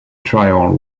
trial